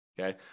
Okay